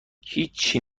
هیچچی